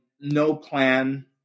no-plan